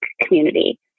community